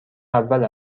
اول